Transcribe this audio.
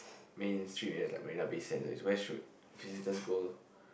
main street very very rubbish eh where should visitors go